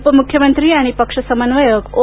उपमुख्यमंत्री आणि पक्ष समन्वयक ओ